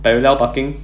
parallel parking